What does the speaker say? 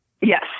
Yes